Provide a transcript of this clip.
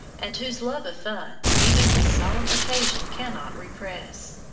and whose love of fun even this solemn occasion cannot repress.